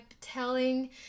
telling